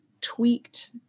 tweaked